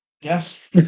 Yes